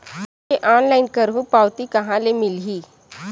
बिजली के ऑनलाइन करहु पावती कहां ले मिलही?